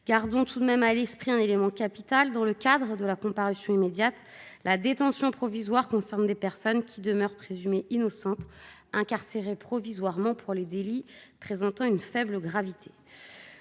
Gardons tout de même à l'esprit un élément capital dans le cadre de la comparution immédiate : la détention provisoire concerne des personnes qui demeurent présumées innocentes et qui sont incarcérées provisoirement pour les délits présentant une faible gravité.